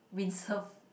windsurf